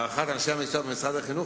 להערכת אנשי המקצוע במשרד החינוך,